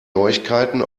neuigkeiten